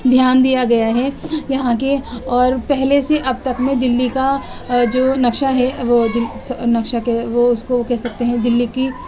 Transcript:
دھیان دیا گیا ہے یہاں کے اور پہلے سے اب تک میں دہلی کا جو نقشہ ہے وہ نقشہ کے وہ اس کو کہہ سکتے ہیں دہلی کی